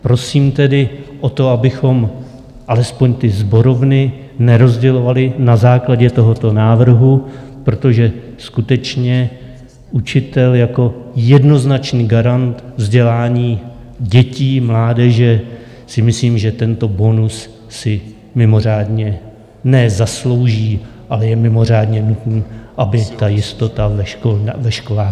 Prosím tedy o to, abychom alespoň ty sborovny nerozdělovali na základě tohoto návrhu, protože skutečně učitel jako jednoznačný garant vzdělání dětí, mládeže si myslím, že tento bonus si mimořádně ne zaslouží, ale je mimořádně nutný, aby ta jistota ve školách byla.